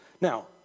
Now